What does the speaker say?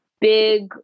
big